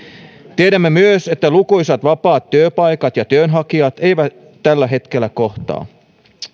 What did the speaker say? tiedämme myös että lukuisat vapaat työpaikat ja työnhakijat eivät tällä hetkellä kohtaa